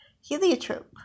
Heliotrope